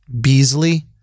Beasley